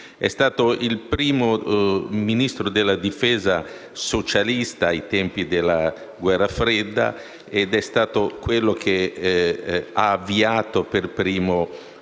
È stato il primo Ministro della difesa socialista, ai tempi della Guerra fredda ed è stato colui che per primo ha